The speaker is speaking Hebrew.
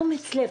אומץ לב.